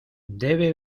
debe